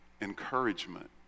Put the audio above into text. encouragement